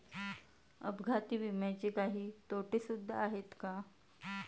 अपघाती विम्याचे काही तोटे सुद्धा आहेत का?